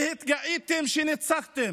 והתגאיתם שניצחתם.